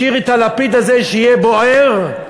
השאיר את הלפיד הזה שיהיה בוער,